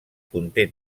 conté